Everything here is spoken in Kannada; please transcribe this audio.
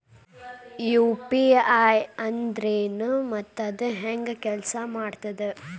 ಯು.ಪಿ.ಐ ಅಂದ್ರೆನು ಮತ್ತ ಅದ ಹೆಂಗ ಕೆಲ್ಸ ಮಾಡ್ತದ